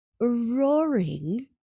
roaring